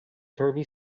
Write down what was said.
turvy